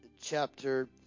chapter